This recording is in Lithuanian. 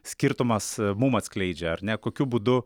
skirtumas mum atskleidžia ar ne kokiu būdu